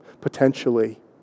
potentially